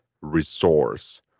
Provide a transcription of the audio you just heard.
resource